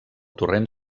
torrent